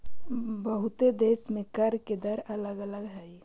बहुते देश में कर के दर अलग अलग हई